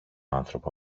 άνθρωπο